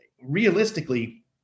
realistically